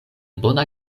bona